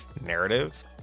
narrative